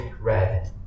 red